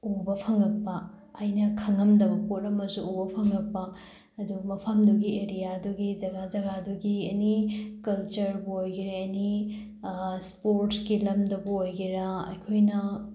ꯎꯕ ꯐꯪꯉꯛꯄ ꯑꯩꯅ ꯈꯪꯉꯝꯗꯕ ꯄꯣꯠ ꯑꯃꯁꯨ ꯎꯕ ꯐꯪꯉꯛꯄ ꯑꯗꯣ ꯃꯐꯝꯗꯨꯒꯤ ꯑꯦꯔꯤꯌꯥꯗꯨꯒꯤ ꯖꯒꯥ ꯖꯒꯥꯗꯨꯒꯤ ꯑꯦꯅꯤ ꯀꯜꯆ꯭ꯔꯕꯨ ꯑꯣꯏꯒꯦꯔ ꯑꯦꯅꯤ ꯏꯁꯄꯣꯔꯠꯁꯀꯤ ꯂꯝꯗꯕꯨ ꯑꯣꯏꯒꯦꯔ ꯑꯩꯈꯣꯏꯅ